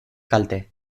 kalte